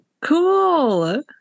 cool